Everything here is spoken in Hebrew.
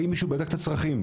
האם מישהו בדק את הצרכים?